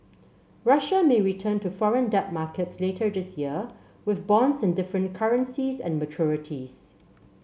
Russia may return to foreign debt markets later this year with bonds in different currencies and maturities